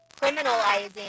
criminalizing